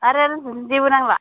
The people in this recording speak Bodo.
आरो जेबो नांला